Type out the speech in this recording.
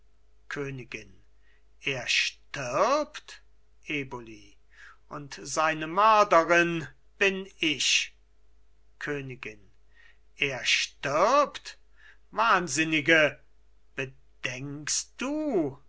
königin er stirbt eboli und seine mörderin bin ich königin er stirbt wahnsinnige bedenkst du